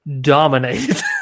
dominate